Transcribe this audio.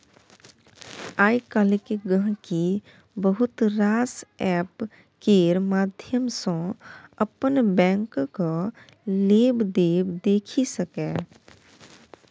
आइ काल्हि गांहिकी बहुत रास एप्प केर माध्यम सँ अपन बैंकक लेबदेब देखि सकैए